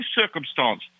circumstance